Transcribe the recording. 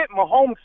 Mahomes